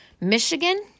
Michigan